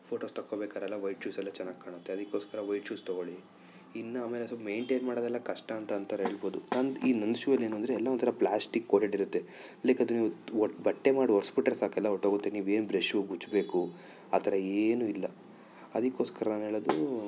photos ತಗೋಬೇಕಾರೆಲ್ಲ white shoes ಎಲ್ಲ ಚೆನ್ನಾಗಿ ಕಾಣುತ್ತೆ ಅದಕ್ಕೋಸ್ಕರ ವೈಟ್ ಶೂಸ್ ತಗೋಳಿ ಇನ್ನು ಆಮೇಲೆ ಸ್ವಲ್ಪ ಮೈಂಟೇನ್ ಮಾಡೋದೆಲ್ಲ ಕಷ್ಟ ಅಂತ ಅಂತಾರೆ ಹೇಳ್ಬೋದು ನನ್ದು ಈ ನನ್ನ ಶೂ ಏನಂದರೆ ಎಲ್ಲ ಒಂಥರ ಪ್ಲ್ಯಾಸ್ಟಿಕ್ ಕೋಟೆಡ್ ಇರುತ್ತೆ ಲೈಕ್ ಅದನ್ನು ತು ಬಟ್ಟೆ ಮಾಡಿ ಒರ್ಸಿ ಬಿಟ್ಟರೆ ಸಾಕು ಎಲ್ಲ ಹೊರ್ಟೋಗುತ್ತೆ ನೀವು ಏನು ಬ್ರಷ್ ಉಜ್ಜಬೇಕು ಆ ಥರ ಏನು ಇಲ್ಲ ಅದಕ್ಕೋಸ್ಕರ ನಾನು ಹೇಳದು